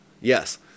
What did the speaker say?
Yes